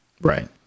Right